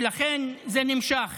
ולכן זה נמשך.